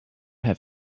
have